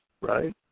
right